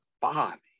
body